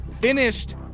finished